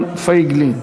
תודה.